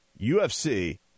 UFC